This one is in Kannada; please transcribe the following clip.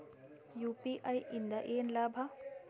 ಯು.ಪಿ.ಐ ಇಂದ ಏನ್ ಲಾಭ?